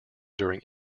during